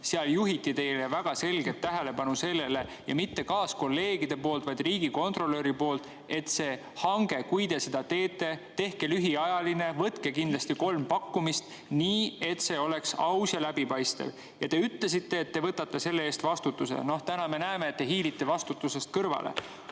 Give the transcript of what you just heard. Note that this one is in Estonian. Seal juhiti teie tähelepanu väga selgelt sellele, ja mitte kaaskolleegide poolt, vaid riigikontrolöri poolt, et kui te selle hanke teete, siis tehke lühiajaline ja võtke kindlasti kolm pakkumist, et [kõik] oleks aus ja läbipaistev. Ja te ütlesite, et te võtate selle eest vastutuse. Noh, täna me näeme, et te hiilite vastutusest kõrvale.